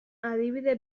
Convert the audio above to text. adibide